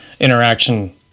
interaction